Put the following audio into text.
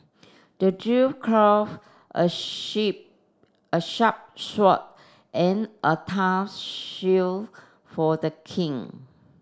the dwarf craft a shape a sharp sword and a tough shield for the king